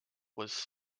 was